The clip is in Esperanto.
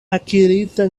akirita